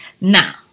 Now